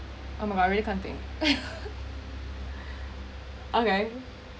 oh my god I really can't think okay